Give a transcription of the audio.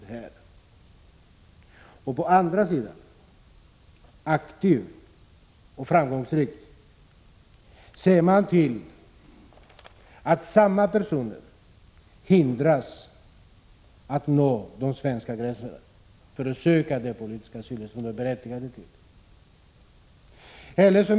Å andra sidan ser regeringen till att aktivt och framgångsrikt hindra samma personer att nå svenska gränsen för att söka den politiska asyl som de är berättigade till.